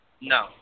No